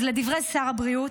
אז לדברי שר הבריאות,